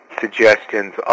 suggestions